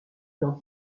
dans